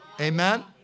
Amen